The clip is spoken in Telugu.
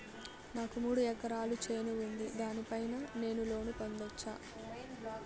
నాకు మూడు ఎకరాలు చేను ఉంది, దాని పైన నేను లోను పొందొచ్చా?